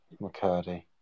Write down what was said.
McCurdy